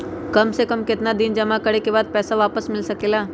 काम से कम केतना दिन जमा करें बे बाद पैसा वापस मिल सकेला?